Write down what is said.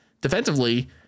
Defensively